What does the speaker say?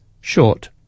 short